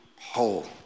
whole